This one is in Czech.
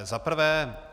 Za prvé.